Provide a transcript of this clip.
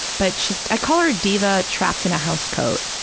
but she's, i call her a diva trapped in a housecoat,